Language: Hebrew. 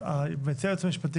אז מציע היועץ המשפטי,